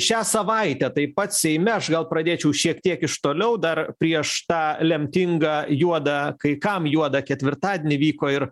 šią savaitę taip pat seime aš gal pradėčiau šiek tiek iš toliau dar prieš tą lemtingą juodą kai kam juodą ketvirtadienį vyko ir